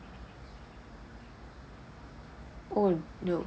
oh no